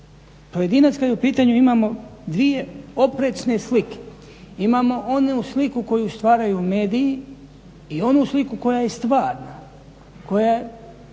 Pojedinac kad je u pitanju imamo dvije oprečne slike. Imamo onu sliku koju stvaraju mediji i onu sliku koja je stvarna koja i